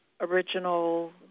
original